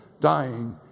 dying